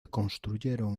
construyeron